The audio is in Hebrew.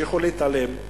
ימשיכו להתעלם,